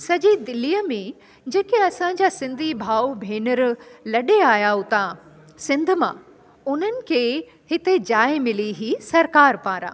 सजी दिल्लीअ में जेके असांजा सिंधी भाउ भेनिरु लॾे आहियां उतां सिंध मां उन्हनि खे हिते जाइ मिली हुई सरकार पारां